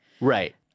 Right